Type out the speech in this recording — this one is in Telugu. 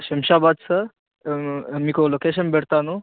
శంషాబాద్ సార్ మీకు లొకేషన్ పెడతాను